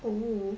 oo